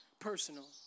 personal